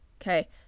okay